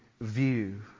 view